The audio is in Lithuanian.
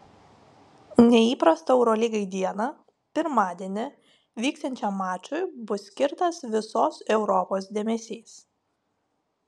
neįprastą eurolygai dieną pirmadienį vyksiančiam mačui bus skirtas visos europos dėmesys